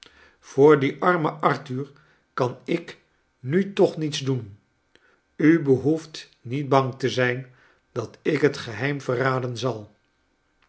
yoor dien armen arthur kan ik nu toch niets doen u behoeft niet bang te i zijn dat ik het geheim verraden zal